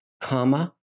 comma